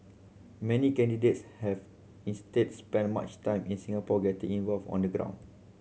many candidates have instead spent much time in Singapore getting involved on the ground